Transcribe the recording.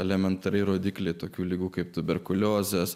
elementariai rodikliai tokių ligų kaip tuberkuliozės